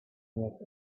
with